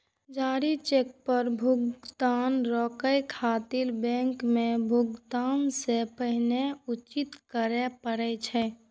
जारी चेक पर भुगतान रोकै खातिर बैंक के भुगतान सं पहिने सूचित करय पड़ै छै